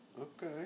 Okay